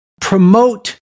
promote